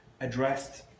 addressed